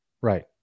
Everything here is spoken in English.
Right